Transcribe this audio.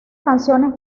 canciones